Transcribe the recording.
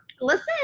Listen